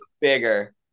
bigger